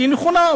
שהיא נכונה,